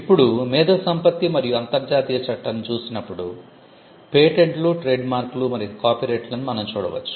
ఇప్పుడు మేధో సంపత్తి మరియు అంతర్జాతీయ చట్టాన్ని చూసినప్పుడు పేటెంట్లు ట్రేడ్ మార్క్లు మరియు కాపీరైట్లను మనం చూడవచ్చు